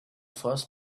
first